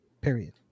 period